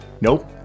nope